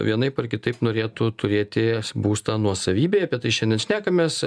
vienaip ar kitaip norėtų turėti būstą nuosavybėj apie tai šiandien šnekamės